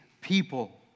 people